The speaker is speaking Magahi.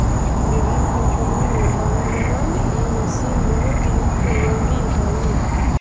विभिन्न कम्पनी में बनल इ मशीन बहुत उपयोगी हई